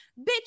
bitch